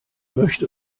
möchte